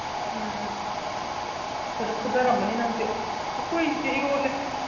ꯎꯝ ꯐꯖ ꯐꯨꯗꯔꯝꯃꯅꯤ ꯅꯪꯗꯤ ꯑꯩꯈꯣꯏꯗꯤ ꯏꯔꯣꯜꯂꯦ